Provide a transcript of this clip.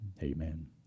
Amen